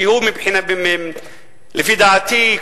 שלפי דעתי,